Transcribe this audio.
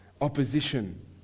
opposition